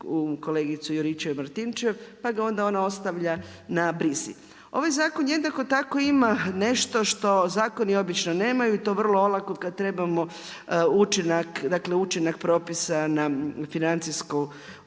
kolegicu Juričev Martinčev, pa ga onda ona ostavlja na brizi. Ovaj zakon jednako tako ima nešto što zakoni obično nemaju i to vrlo olako kad trebamo učinak propisa na financijsku